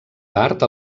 part